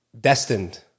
destined